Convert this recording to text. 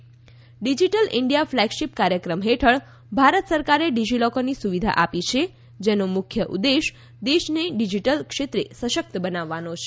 digital India flagship કાર્યક્રમ હેઠળ ભારત સરકારે ડીજીલોકરની સુવિધા આપી છે જેનો મુખ્ય ઉદ્દેશ દેશને ડીજીટલ ક્ષેત્રે સશકત બનાવવાનો છે